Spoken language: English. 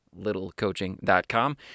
LittleCoaching.com